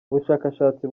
ubushakashatsi